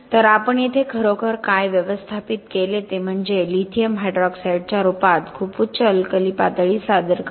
तर आपण येथे खरोखर काय व्यवस्थापित केले ते म्हणजे लिथियम हायड्रॉक्साईडच्या रूपात खूप उच्च अल्कली पातळी सादर करणे